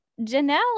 Janelle